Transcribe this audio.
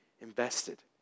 invested